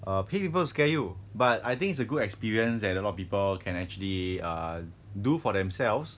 err pay people to scare you but I think it's a good experience that a lot of people can actually err do for themselves